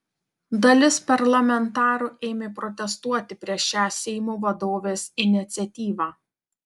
dalis parlamentarų ėmė protestuoti prieš šią seimo vadovės iniciatyvą